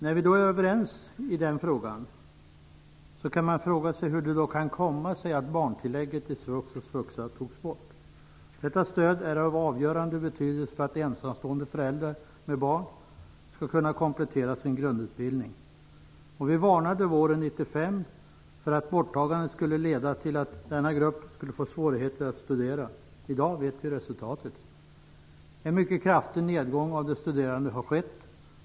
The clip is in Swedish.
När vi då är överens i den frågan kan man undra hur det kommer sig att barntillägget i svux och svuxa togs bort. Detta stöd är av avgörande betydelse för att ensamstående föräldrar med barn skall kunna komplettera sin grundutbildning. Vi varnade våren 1995 för att borttagandet skulle leda till att denna grupp fick svårigheter att studera. I dag vet vi resultatet. En mycket kraftig nedgång av antalet studerande har skett.